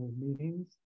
meetings